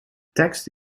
text